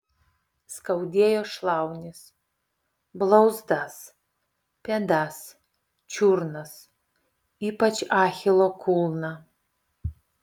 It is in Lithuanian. skaudėjo šlaunis blauzdas pėdas čiurnas ypač achilo kulną